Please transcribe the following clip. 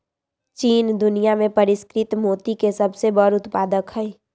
चीन दुनिया में परिष्कृत मोती के सबसे बड़ उत्पादक हई